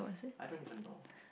I don't even know